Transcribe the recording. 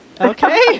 Okay